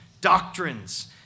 doctrines